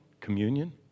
communion